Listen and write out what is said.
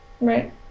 Right